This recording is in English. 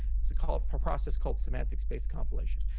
it's a called a process called semantics-based compilation.